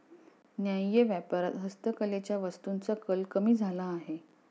न्याय्य व्यापारात हस्तकलेच्या वस्तूंचा कल कमी झाला आहे